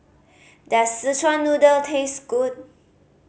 does Szechuan Noodle taste good